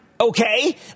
Okay